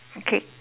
okay